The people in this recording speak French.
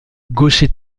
gaucher